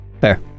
Fair